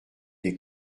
des